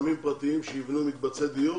יזמים פרטיים שיבנו מקבצי דיור